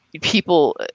people